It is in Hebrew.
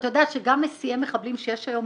אתה יודע שגם מסיעי מחבלים שיש היום,